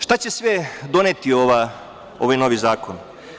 Šta će sve doneti ovaj novi zakon?